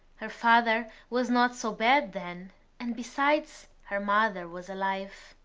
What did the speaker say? her father was not so bad then and besides, her mother was alive.